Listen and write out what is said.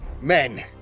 Men